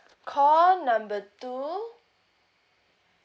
call number two